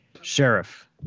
Sheriff